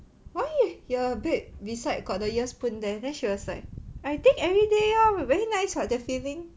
why your bed beside got the ear spoon there then she was like I dig every day ah very nice [what] the feeling